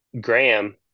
Graham